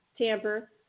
tamper